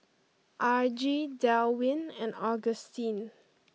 Argie Delwin and Augustine